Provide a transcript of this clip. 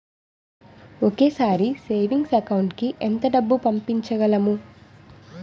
ఒకేసారి savings account కి ఎంత డబ్బు పంపించగలము?